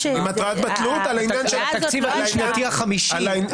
התקציב הדו שנתי החמישי.